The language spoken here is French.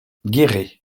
guéret